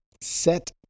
set